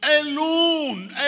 alone